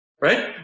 Right